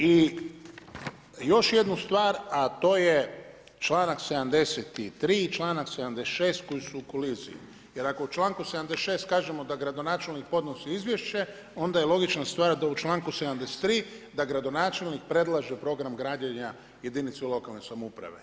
I još jednu stvar, a to je članak 73. i članak 76. koji su u koliziji jer ako u članku 76. kažemo da gradonačelnik podnosi izvješće, onda je logična stvar da u članku 73. da gradonačelnik predlaže program građenja jedinici lokalne samouprave.